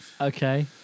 okay